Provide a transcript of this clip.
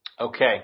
Okay